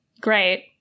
great